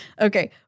Okay